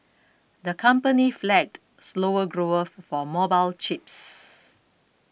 the company flagged slower growth for mobile chips